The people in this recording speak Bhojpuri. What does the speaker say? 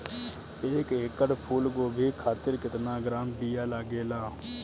एक एकड़ फूल गोभी खातिर केतना ग्राम बीया लागेला?